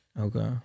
Okay